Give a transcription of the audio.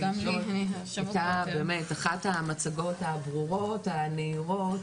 באמת, אחת המצגות הברירות והנהירות,